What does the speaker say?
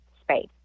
space